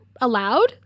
allowed